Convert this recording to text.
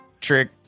trick